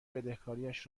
بدهکاریش